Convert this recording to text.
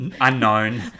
Unknown